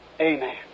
Amen